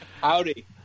Howdy